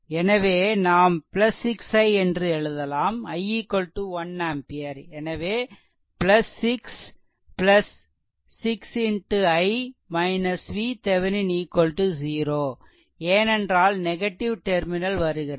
எனவே நாம் 6 i என்று எழுதலாம் i 1 ampere எனவே 6 6 x i VThevenin 0 ஏனென்றால் நெகடிவ் டெர்மினல் வருகிறது